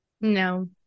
No